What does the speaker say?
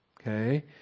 Okay